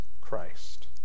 Christ